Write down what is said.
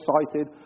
excited